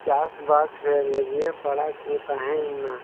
ᱪᱟᱥᱵᱟᱥ ᱨᱮ ᱞᱟᱹᱜᱤᱭᱟᱹᱣ ᱯᱟᱲᱟᱣ ᱠᱚ ᱛᱟᱦᱮᱸᱭᱮᱱᱟ